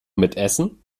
mitessen